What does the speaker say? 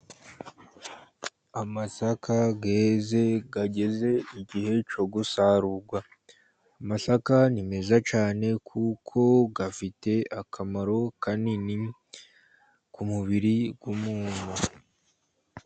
Amasaka yeze ageze igihe cyo gusarurwa. Amasaka ni meza cyane kuko afite akamaro kanini ku mubiri w'umuntu.